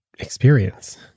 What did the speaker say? experience